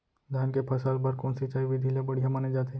धान के फसल बर कोन सिंचाई विधि ला बढ़िया माने जाथे?